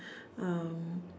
um